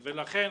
לכן,